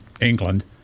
England